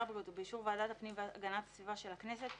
הבריאות ובאישור ועדת הפנים והגנת הסביבה של הכנסת,